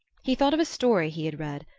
he thought of a story he had read,